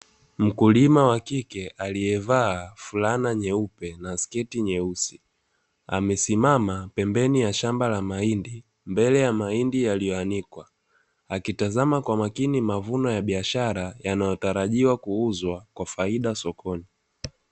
Mkulima wa kike, aliyevaa fulana nyeupe na sketi nyeusi, amesimama pembeni ya shamba la mahindi, mbele ya mahindi yaliyoanikwa, akitazama kwa makini mavuno ya biashara, yakitarajiwa kuuzwa kwa faida sokoni.